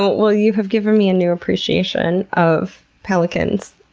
well, you have given me a new appreciation of pelicans,